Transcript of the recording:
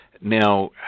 Now